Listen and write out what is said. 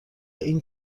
این